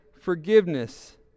forgiveness